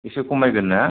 एसे खमायगोन ना